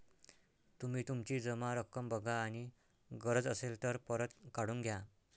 तुम्ही तुमची जमा रक्कम बघा आणि गरज असेल तर परत काढून घ्या